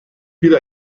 bir